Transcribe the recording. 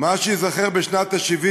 מה שייזכר בשנת ה-70